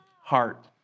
heart